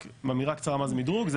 רק מילה קצרה מה זה מדרוג?